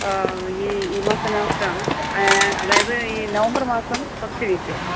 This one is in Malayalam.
ഈ ഈ മാസം ലാസ്റ്റാണ് അതായത് ഈ നവംബർ മാസം ഫസ്റ്റ് വീക്ക്